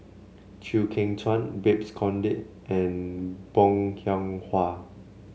Chew Kheng Chuan Babes Conde and Bong Hiong Hwa